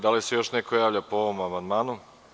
Da li se još neko javlja po ovom amandmanu?